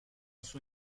suo